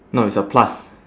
no it's a plus